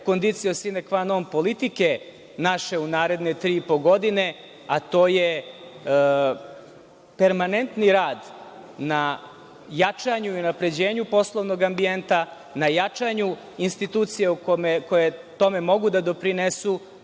„kondiciju sinekvanom“ politike naše u naredne tri i po godine, a to je permanentni rad na jačanju poslovnog ambijenta, na jačanju institucija koje tome mogu da doprinesu,